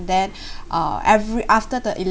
then uh every after the